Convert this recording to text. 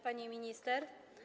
Pani Minister!